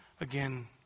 again